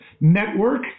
Network